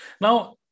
now